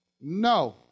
No